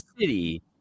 City